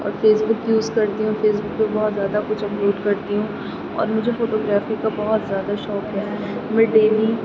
اور Facebook use کرتی ہوں فیس بک پہ بہت زیادہ کچھ اپلوڈ کرتی ہوں اور مجھے فوٹوگرافی کا بہت زیادہ شوق ہے میں ڈیلی